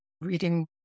reading